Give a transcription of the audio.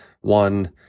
One